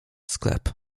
sklep